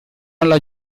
alla